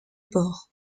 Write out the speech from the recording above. porc